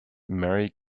merry